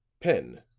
pen,